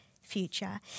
future